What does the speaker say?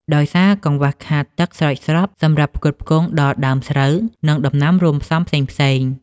ដោយសារកង្វះខាតទឹកស្រោចស្រពសម្រាប់ផ្គត់ផ្គង់ដល់ដើមស្រូវ និងដំណាំរួមផ្សំផ្សេងៗ។